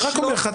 אני רק אומר לך,